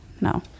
No